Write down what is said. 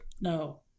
No